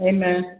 Amen